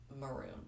maroon